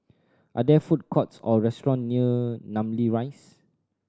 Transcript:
are there food courts or restaurant near Namly Rise